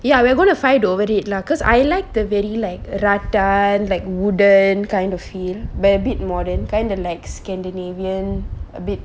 ya we're gonna fight over it lah cause I like the very like ratta and like wooden kind of feel but a bit modern kind of like scandinavian a bit